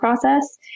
process